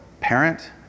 parent